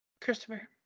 Christopher